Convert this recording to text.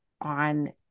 on